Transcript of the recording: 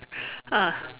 ah